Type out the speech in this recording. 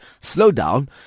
slowdown